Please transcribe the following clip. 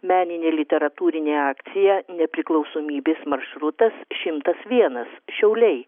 meninė literatūrinė akcija nepriklausomybės maršrutas šimtas vienas šiauliai